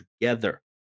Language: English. together